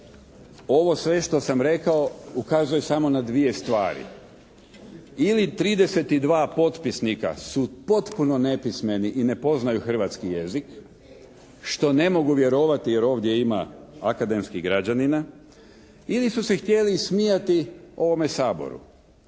ovo sve što sam rekao ukazuje samo na dvije stvari. Ili 32 potpisnika su potpuno nepismeni i ne poznaju hrvatski jezik što ne mogu vjerovati jer ovdje ima akademskih građanina. Ili su se htjeli ismijati ovome Saboru.